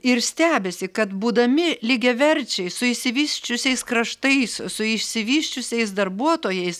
ir stebisi kad būdami lygiaverčiai su išsivysčiusiais kraštais su išsivysčiusiais darbuotojais